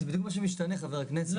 זה בדיוק מה שמשתנה, חבר הכנסת.